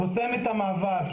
חוסם את המעבר,